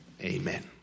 Amen